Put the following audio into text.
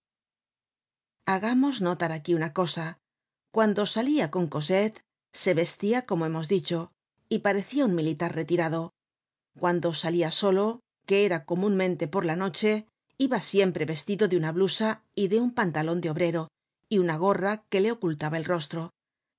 hagamos notar aquf una cosa cuando salia con cosette se vestia como hemos dicho y parecia un militar retirado cuando salia solo que era comunmente por la noche iba siempre vestido de una blusa y de un pantalon de obrero y una gorra que le ocultaba el rostro